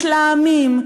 מתלהמים,